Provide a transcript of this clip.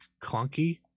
clunky